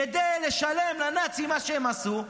כדי לשלם לנאצים על מה שהם עשו,